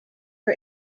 per